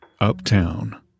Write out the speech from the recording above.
Uptown